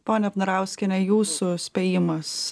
ponia vnarauskiene jūsų spėjimas